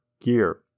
Gear